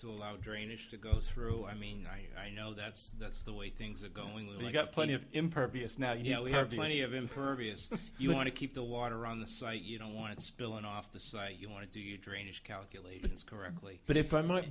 to allow drainage to go through i mean i know that's that's the way things are going we got plenty of impervious now you know we have plenty of impervious you want to keep the water on the site you don't want spilling off the site you want to do your dreams calculations correctly but if i might